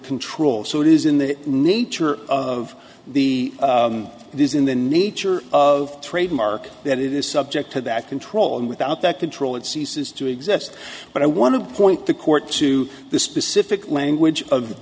control so it is in the nature of the it is in the nature of trademark that it is subject to that control and without that control it ceases to exist but i want to point the court to the specific language of